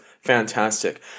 fantastic